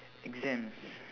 exams